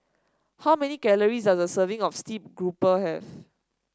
how many calories does a serving of Steamed Grouper have